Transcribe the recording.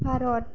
Bharat